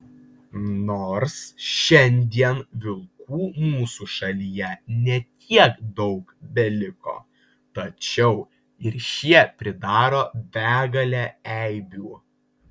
nors šiandien vilkų mūsų šalyje ne tiek daug beliko tačiau ir šie pridaro begalę eibių